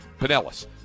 Pinellas